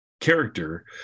character